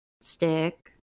stick